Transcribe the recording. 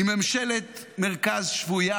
עם ממשלת מרכז שפויה,